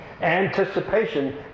Anticipation